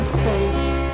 saints